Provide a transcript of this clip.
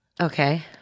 Okay